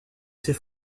ses